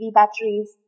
batteries